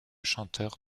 chanteur